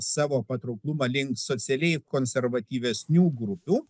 savo patrauklumą link socialiai konservatyvesnių grupių